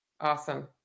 Awesome